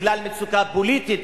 בגלל מצוקה פוליטית,